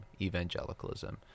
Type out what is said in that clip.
evangelicalism